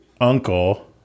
uncle